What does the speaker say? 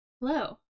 Hello